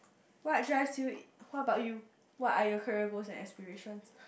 what drives you what about you what are your career goals and aspiration